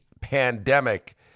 pandemic